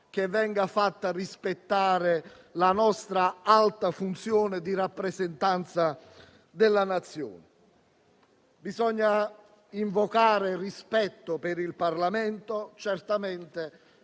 che venga fatta rispettare la nostra alta funzione di rappresentanza della Nazione? Bisogna invocare il rispetto per il Parlamento, certamente,